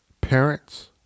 parents